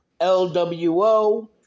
LWO